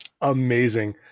amazing